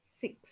six